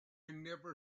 never